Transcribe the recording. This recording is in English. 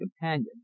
companion